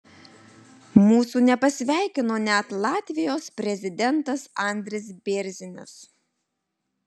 mūsų nepasveikino net latvijos prezidentas andris bėrzinis